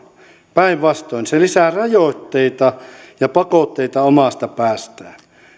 päinvastoin se lisää rajoitteita ja pakotteita omasta päästään